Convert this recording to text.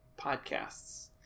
podcasts